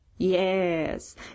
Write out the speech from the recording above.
Yes